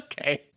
Okay